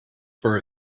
for